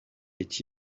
est